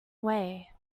way